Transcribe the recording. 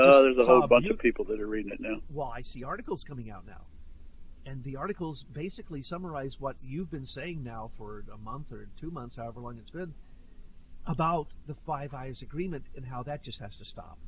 out there's a whole bunch of people that ready are reading a new y c articles coming out now and the articles basically summarize what you've been saying now for a month or two months however long it's been about the five eyes agreement and how that just has to stop